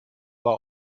war